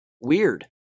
Weird